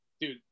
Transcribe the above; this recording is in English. dude